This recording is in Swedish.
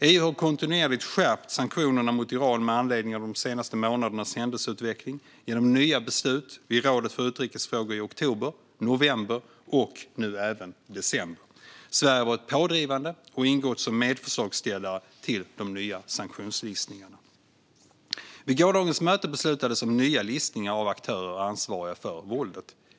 EU har kontinuerligt skärpt sanktionerna mot Iran med anledning av de senaste månadernas händelseutveckling genom nya beslut vid rådet för utrikes frågor i oktober, november och nu även december. Sverige har varit pådrivande och ingått som medförslagsställare till de nya sanktionslistningarna. Vid gårdagens möte beslutades om nya listningar av aktörer ansvariga för våldet.